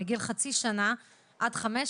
מגיל חצי שנה ועד חמש,